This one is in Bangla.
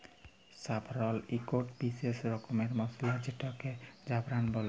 স্যাফরল ইকট বিসেস রকমের মসলা যেটাকে জাফরাল বল্যে